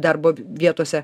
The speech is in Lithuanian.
darbo vietose